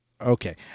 Okay